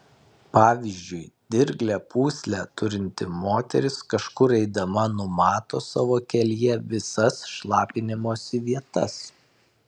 pavyzdžiui dirglią pūslę turinti moteris kažkur eidama numato savo kelyje visas šlapinimosi vietas